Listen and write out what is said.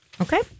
Okay